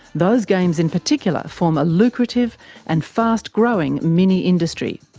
those games in particular form a lucrative and fast-growing mini-industry.